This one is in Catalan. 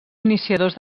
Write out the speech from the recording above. iniciadors